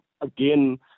again